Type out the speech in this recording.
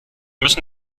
müssen